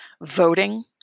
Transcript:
voting